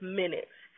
minutes